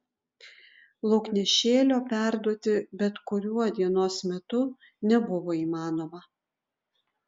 lauknešėlio perduoti bet kuriuo dienos metu nebuvo įmanoma